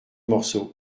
morceau